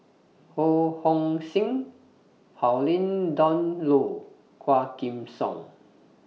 Ho Hong Sing Pauline Dawn Loh Quah Kim Song